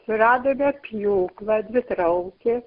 suradome pjūklą dvitraukį